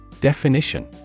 Definition